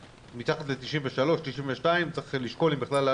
92% צריך לשקול אם בכלל,